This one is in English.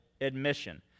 admission